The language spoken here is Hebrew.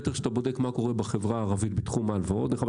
דרך אגב,